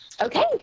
Okay